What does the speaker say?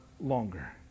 longer